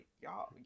y'all